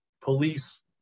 police